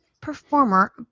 performer